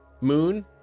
moon